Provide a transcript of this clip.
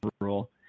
rule